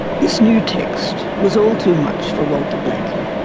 this new text was all too much for walter blackie.